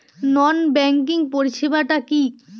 নন banking পরিষেবা টা কি?